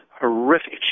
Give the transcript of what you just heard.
horrific